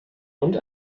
und